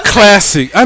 Classic